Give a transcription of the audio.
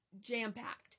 Jam-packed